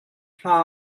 hma